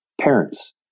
parents